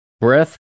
breath